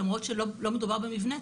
למרות שלא מדובר במבנה,